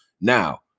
Now